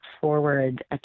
forward